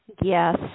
Yes